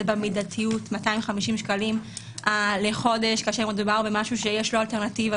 במידתיות 250 שקלים לחודש כאשר מדובר במשהו שיש לו אלטרנטיבה.